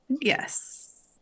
Yes